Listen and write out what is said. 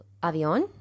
avión